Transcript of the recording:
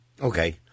Okay